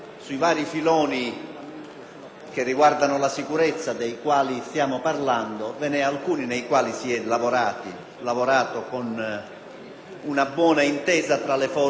che riguardano la sicurezza ve ne sono alcuni sui quali si è lavorato con una buona intesa tra le forze politiche.